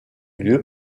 lieu